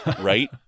right